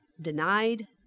denied